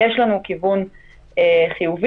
יש לנו כיוון חיובי.